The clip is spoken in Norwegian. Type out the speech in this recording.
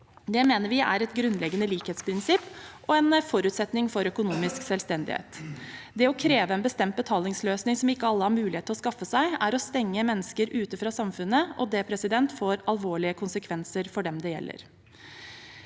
Det mener vi er et grunnleggende likhetsprinsipp og en forutsetning for økonomisk selvstendighet. Det å kreve en bestemt betalingsløsning ikke alle har mulighet til å skaffe seg, er å stenge mennesker ute fra samfunnet, og det får alvorlige konsekvenser for dem det gjelder.